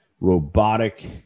robotic